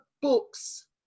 books